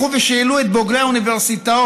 לכו ושאלו את בוגרי האוניברסיטאות,